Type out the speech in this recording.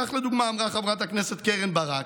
כך לדוגמה אמרה חברת הכנסת קרן ברק: